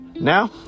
Now